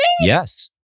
Yes